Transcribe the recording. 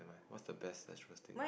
what is the best slash worst thing